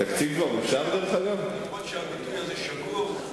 אף-על-פי שהביטוי הזה שגור,